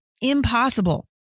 impossible